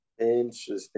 Interesting